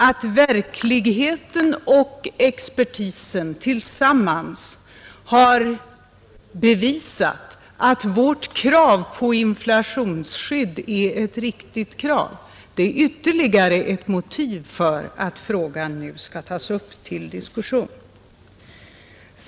Att verkligheten och expertisen tillsammans har bevisat att vårt krav på inflationsskydd är ett riktigt krav, det är ytterligare ett motiv för att frågan nu skall tas upp till diskussion.